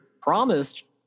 promised